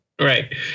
right